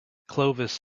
clovis